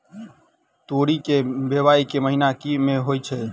तोरी केँ बोवाई केँ महीना मे होइ छैय?